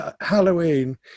Halloween